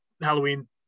Halloween